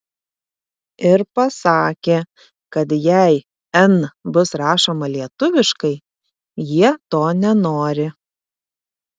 ir pasakė kad jei n bus rašoma lietuviškai jie to nenori